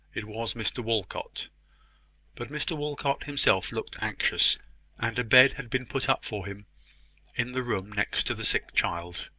it was mr walcot but mr walcot himself looked anxious and a bed had been put up for him in the room next to the sick child.